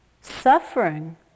Suffering